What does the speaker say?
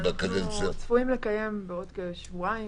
אנו צפויים לקיים בעוד כשבועיים